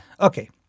Okay